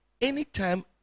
anytime